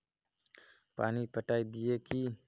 पानी पटाय दिये की?